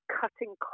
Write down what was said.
cutting